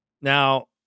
Now